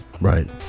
Right